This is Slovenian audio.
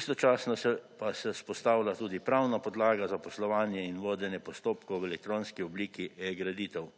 Istočasno pa se vzpostavlja tudi pravna podlaga za poslovanje in vodenje postopkov v elektronski obliki e-graditev.